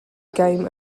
game